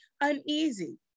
uneasy